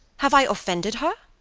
have i offended her?